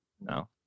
No